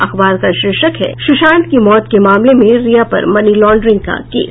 अखबार का शीर्षक है सुशांत की मौत के मामले में रिया पर मनी लॉड्रिंग का केस